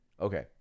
Okay